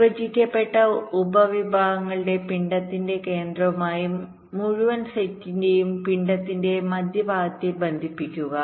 വിഭജിക്കപ്പെട്ട ഉപവിഭാഗങ്ങളുടെ പിണ്ഡത്തിന്റെ കേന്ദ്രവുമായി മുഴുവൻ സെറ്റിന്റെയും പിണ്ഡത്തിന്റെ മധ്യഭാഗത്തെ ബന്ധിപ്പിക്കുക